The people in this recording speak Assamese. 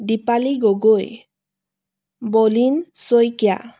দিপালী গগৈ বলিন শইকীয়া